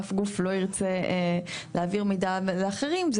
אף גוף לא ירצה להעביר מידע לאחרים זה